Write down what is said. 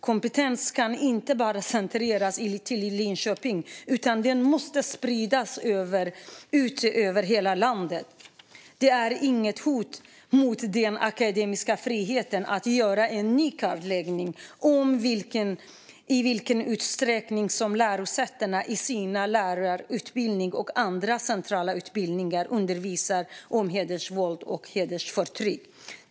Kompetensen kan inte bara centreras till Linköping utan måste spridas över hela landet. Det är inget hot mot den akademiska friheten att göra en ny kartläggning av i vilken utsträckning lärosätena i sina lärarutbildningar och andra centrala utbildningar undervisar om hedersrelaterat våld och förtryck.